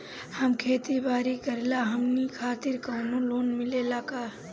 हम खेती बारी करिला हमनि खातिर कउनो लोन मिले ला का?